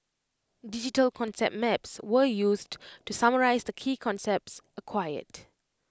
digital concept maps were used to summarise the key concepts acquired